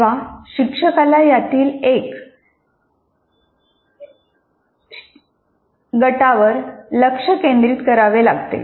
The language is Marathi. तेव्हा शिक्षकाला यातील एका गटावर लक्ष केंद्रित करावे लागते